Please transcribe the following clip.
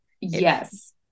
Yes